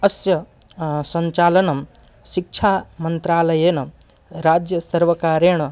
अस्य सञ्चालनं शिक्षामन्त्रालयेन राज्यसर्वकारेण